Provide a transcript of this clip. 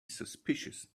suspicious